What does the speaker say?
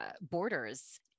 borders